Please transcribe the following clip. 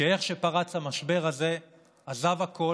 שאיך שפרץ המשבר הזה עזב הכול,